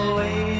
away